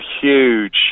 huge